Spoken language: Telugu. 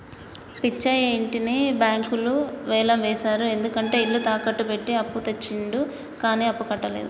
పిచ్చయ్య ఇంటిని బ్యాంకులు వేలం వేశారు ఎందుకంటే ఇల్లు తాకట్టు పెట్టి అప్పు తెచ్చిండు కానీ అప్పుడు కట్టలేదు